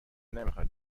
نمیخواد